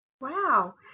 Wow